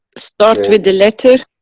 start with the letter?